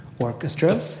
Orchestra